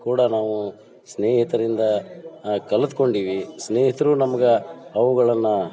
ಕೂಡ ನಾವು ಸ್ನೇಹಿತರಿಂದ ಕಲ್ತುಕೊಂಡೀವಿ ಸ್ನೇಹಿತರೂ ನಮ್ಗೆ ಅವುಗಳನ್ನು